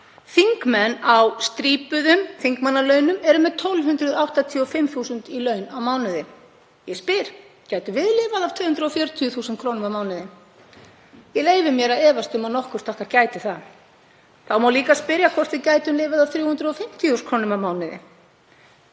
Þingmenn á strípuðum þingmannalaunum eru með 1.285 þús. kr. í laun á mánuði. Ég spyr: Gætum við lifað af 240.000 kr. á mánuði? Ég leyfi mér að efast um að nokkurt okkar gæti það. Þá má spyrja hvort við gætum lifað af 350.000 kr. á mánuði.